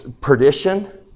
perdition